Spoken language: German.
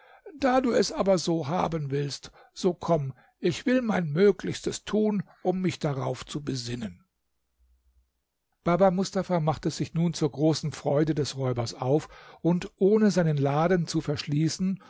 da du es aber so haben willst so komm ich will mein möglichstes tun um mich darauf zu besinnen baba mustafa machte sich nun zur großen freude des räubers auf und ohne seinen laden zu verschließen